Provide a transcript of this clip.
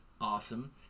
awesome